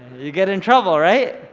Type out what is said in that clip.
you get in trouble right.